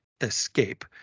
escape